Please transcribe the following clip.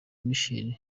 michelle